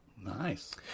Nice